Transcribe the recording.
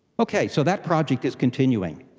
okay, so that project is continuing.